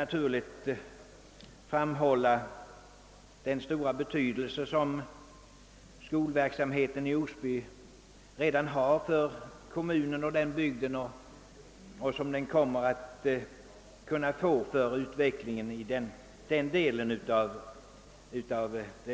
Jag vill också påpeka den stora betydelse som skolan i Osby har för kommunen och bygden och kommer att få för utvecklingen både i Osby och denna del av Kristianstads